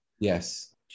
yes